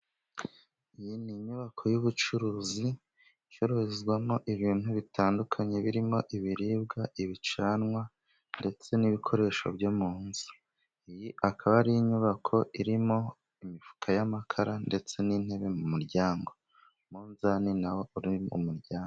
Iyi ni inyubako y'ubucuruzi icuruzwamo ibintu bitandukanye birimo ibiribwa, ibicanwa ndetse n'ibikoresho byo mu nzu, akaba ari inyubako irimo imifuka y'amakara ndetse n'intebe mu muryango, umunzani na wo uri mu muryango.